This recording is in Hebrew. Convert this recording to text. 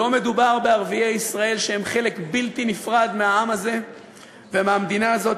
לא מדובר בערביי ישראל שהם חלק בלתי נפרד מהעם הזה ומהמדינה הזאת,